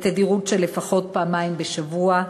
בתדירות של פעמיים בשבוע לפחות,